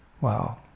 Wow